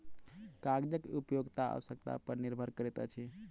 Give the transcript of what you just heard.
कागजक उपयोगिता आवश्यकता पर निर्भर करैत अछि